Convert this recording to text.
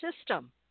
system